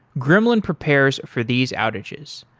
gremlin prepares for these outages.